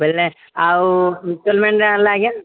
ବୋଇଲେ ଆଉ ଇନଷ୍ଟଲ୍ମେଣ୍ଟରେ ଆଣିଲେ ଆଜ୍ଞା